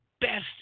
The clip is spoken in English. best